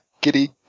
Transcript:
giddy